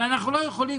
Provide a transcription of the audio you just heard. אבל אנחנו לא יכולים